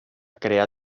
crear